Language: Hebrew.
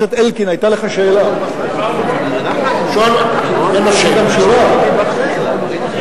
אני רוצה גם להשיב תשובה.